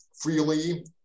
freely